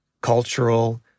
cultural